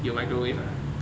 有 microwave ah